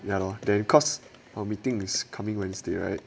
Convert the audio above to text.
ya lor then cause our meetings coming wednesday right